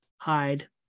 hide